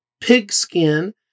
Pigskin